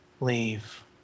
Leave